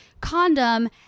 condom